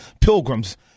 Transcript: pilgrims